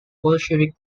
bolshevik